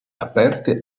aperti